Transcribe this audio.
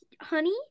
honey